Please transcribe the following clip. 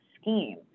scheme